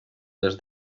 des